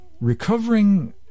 recovering